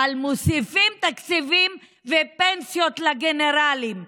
אבל מוסיפים תקציבים ופנסיות לגנרלים.